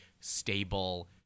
stable